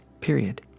period